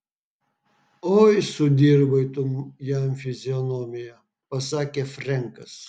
oi sudirbai tu jam fizionomiją pasakė frenkas